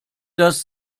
dass